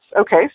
Okay